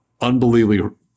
unbelievably